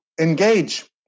engage